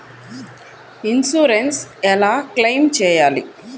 Insurance ఎలా claim చేయాలి?